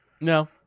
no